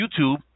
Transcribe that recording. YouTube